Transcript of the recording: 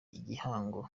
igihango